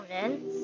comments